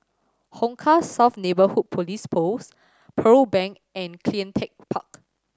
Hong Kah South Neighbourhood Police Post Pearl Bank and Cleantech Park